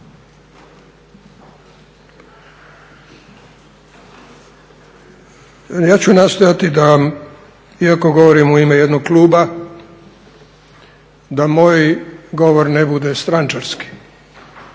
Ja ću nastojati da, iako govorim u ime jednog kluba, da moj govor ne bude strančarski